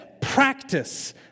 practice